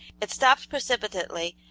it stopped precipitately,